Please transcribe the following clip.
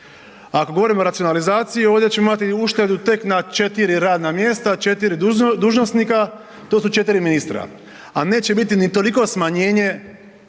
Ako govorimo o racionalizaciji ovdje ćemo imati uštedu tek na 4 radna mjesta, 4 dužnosnika, to su 4 ministra, a neće biti ni toliko smanjenje